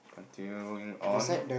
until on